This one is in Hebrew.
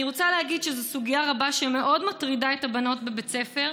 אני רוצה להגיד שזו סוגיה שמאוד מטרידה את הבנות בבית הספר,